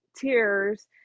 Tears